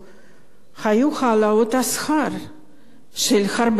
היו העלאות שכר של הרבה אנשים,